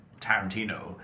Tarantino